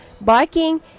barking